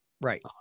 Right